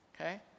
okay